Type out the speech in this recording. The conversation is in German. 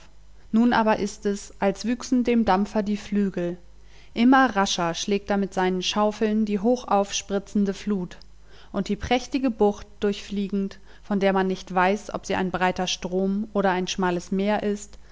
nun aber ist es als wüchsen dem dampfer die flügel immer rascher schlägt er mit seinen schaufeln die hochaufspritzende flut und die prächtige bucht durchfliegend von der man nicht weiß ob sie ein breiter strom oder ein schmales meer ist